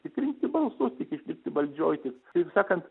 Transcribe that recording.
tik rinkti balsus tik išlikti valdžioj tik taip sakant